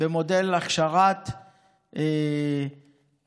במודל הכשרת הלוחמות,